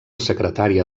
secretària